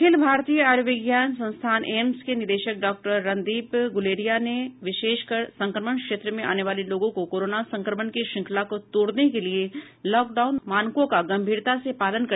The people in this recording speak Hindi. अखिल भारतीय आयुर्विज्ञान संस्थान एम्स केनिदेशक डॉ रणदीप गुलेरिया ने विशेषकर संक्रमण क्षेत्र में आने वाले लोगों को कोरोना संक्रमण की श्रृंखलाको तोडने के लिए लॉकडाउन मानकों का गंभीरता से पालन करने की सलाह दी है